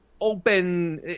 open –